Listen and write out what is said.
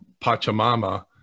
pachamama